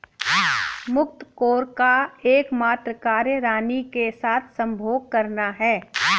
मुकत्कोर का एकमात्र कार्य रानी के साथ संभोग करना है